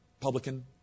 publican